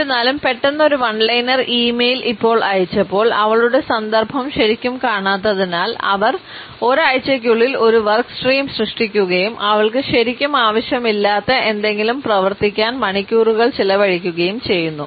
എന്നിരുന്നാലും പെട്ടെന്ന് ഒരു വൺ ലൈനർ ഇമെയിൽ ഇപ്പോൾ അയച്ചപ്പോൾ അവളുടെ സന്ദർഭം ശരിക്കും കാണാത്തതിനാൽ അവർ ഒരാഴ്ചയ്ക്കുള്ളിൽ ഒരു വർക്ക് സ്ട്രീം സൃഷ്ടിക്കുകയും അവൾക്ക് ശരിക്കും ആവശ്യമില്ലാത്ത എന്തെങ്കിലും പ്രവർത്തിക്കാൻ മണിക്കൂറുകൾ ചെലവഴിക്കുകയും ചെയ്യുന്നു